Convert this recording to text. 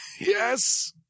Yes